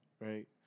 right